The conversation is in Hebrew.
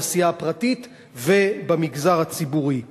בתעשייה הפרטית ובמגזר הציבורי: